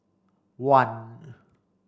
one